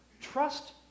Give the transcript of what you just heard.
Trust